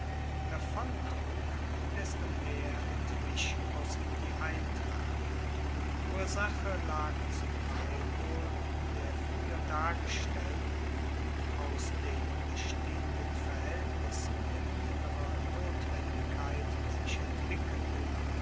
davontrug desto mehr entwich aus ihm die eintracht die ursache lag zum teil wohl in der frueher dargestellten aus den bestehenden verhaeltnissen mit innerer notwendigkeit sich entwickelnden